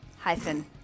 hyphen